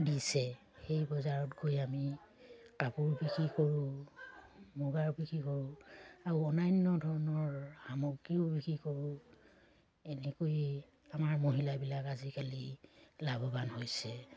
দিছে সেই বজাৰত গৈ আমি কাপোৰ বিক্ৰী কৰোঁ মুগাৰ বিক্ৰী কৰোঁ আৰু অন্য়ান্য ধৰণৰ সামগ্ৰীও বিক্ৰী কৰোঁ এনেকৈয়ে আমাৰ মহিলাবিলাক আজিকালি লাভৱান হৈছে